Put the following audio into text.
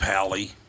Pally